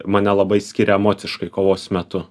mane labai skiria emociškai kovos metu